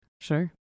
Sure